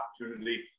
opportunity